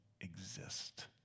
exist